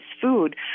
food